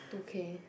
two K